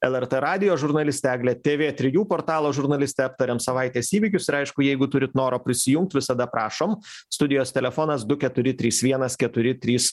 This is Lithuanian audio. lrt radijo žurnalistė egle tv trijų portalo žurnalistė aptarėm savaitės įvykius ir aišku jeigu turit noro prisijungt visada prašom studijos telefonas du keturi trys vienas keturi trys